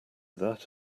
that